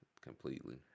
completely